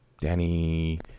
Danny